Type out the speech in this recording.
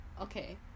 Okay